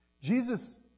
Jesus